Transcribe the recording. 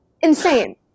insane